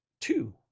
two